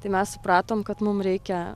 tai mes supratom kad mum reikia